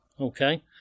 Okay